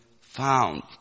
found